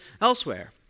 elsewhere